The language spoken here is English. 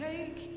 Take